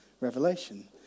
Revelation